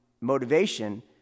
motivation